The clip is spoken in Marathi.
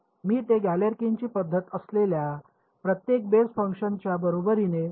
मी ते गॅलेरकिनची पद्धत असलेल्या प्रत्येक बेस फंक्शन्सच्या बरोबरीने निवडले आहे